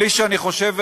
אני חושב,